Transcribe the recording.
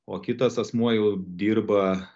o kitas asmuo jau dirba